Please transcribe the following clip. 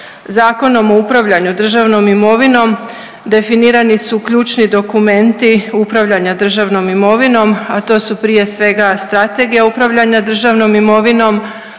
Zakonom o upravljanju državnom imovinom definirani su ključni dokumenti upravljanja državnom imovinom, a to su prije svega Strategija upravljanja državnom imovinom